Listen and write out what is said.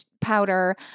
powder